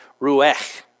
Ruech